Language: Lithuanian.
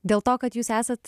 dėl to kad jūs esat